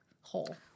hole